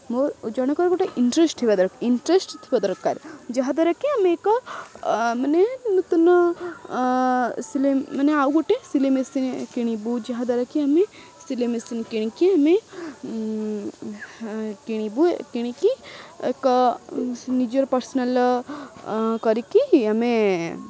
ମୋ ଜଣଙ୍କର ଗୋଟେ ଇଣ୍ଟରେଷ୍ଟ ହେଇବା ଦରକାର ଇଣ୍ଟରେଷ୍ଟ ଥିବା ଦରକାର ଯାହାଦ୍ୱାରା କି ଆମେ ଏକ ମାନେ ନୂତନ ସିଲେଇ ମାନେ ଆଉ ଗୋଟେ ସିଲେଇ ମେସିନ୍ କିଣିବୁ ଯାହାଦ୍ୱାରା କି ଆମେ ସିଲେଇ ମେସିନ୍ କିଣିକି ଆମେ କିଣିବୁ କିଣିକି ଏକ ନିଜର ପାର୍ସନାଲ୍ କରିକି ଆମେ